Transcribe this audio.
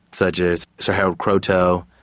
such as sir harold kroto,